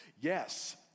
Yes